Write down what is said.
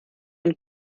und